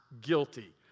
guilty